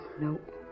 Nope